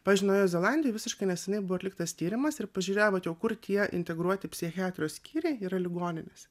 pavyzdžiui naujoj zelandijoj visiškai neseniai buvo atliktas tyrimas ir pažiūrėjo vat jau kur tie integruoti psichiatrijos skyriai yra ligoninėse